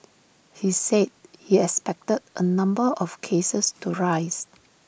he said he expected A number of cases to rise